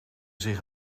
zich